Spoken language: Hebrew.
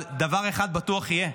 אבל דבר אחד בטוח יהיה: